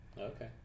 Okay